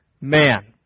man